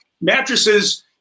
mattresses